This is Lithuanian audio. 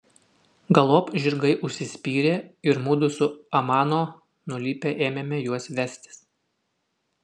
galop žirgai užsispyrė ir mudu su amano nulipę ėmėme juos vestis